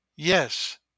Yes